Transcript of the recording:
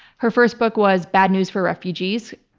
her first book was bad news for refugees,